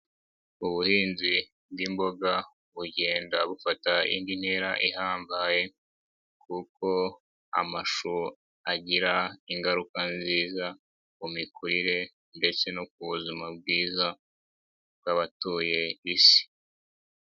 Ubuhinzi bw'imboga bugenda bufata indi ntera ihambaye, kuko amashu agira ingaruka nziza ku mikurire ndetse no ku buzima bwiza bw'abatuye isi.